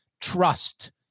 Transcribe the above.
trust